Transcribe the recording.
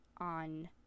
on